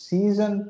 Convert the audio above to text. Season